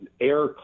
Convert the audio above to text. air